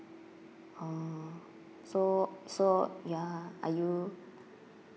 oh so so ya are you